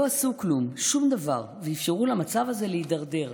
לא עשו כלום, שום דבר, ואפשרו למצב הזה להידרדר.